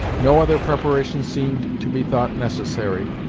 no other preparation seemed to be thought necessary,